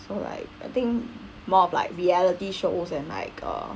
so like I think more of like reality shows and like uh